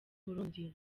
burundi